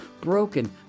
Broken